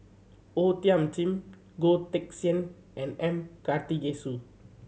O Thiam Chin Goh Teck Sian and M Karthigesu